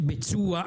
לביצוע,